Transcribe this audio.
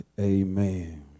Amen